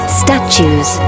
statues